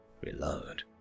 reload